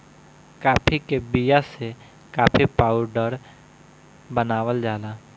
काफी के बिया से काफी पाउडर बनावल जाला